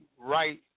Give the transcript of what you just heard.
right